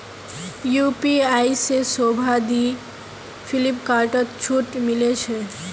UPI से शोभा दी फिलिपकार्टत छूट मिले छे